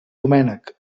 domènec